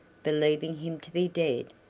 believing him to be dead,